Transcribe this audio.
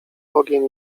ogień